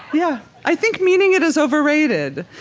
yeah i think meaning it is overrated.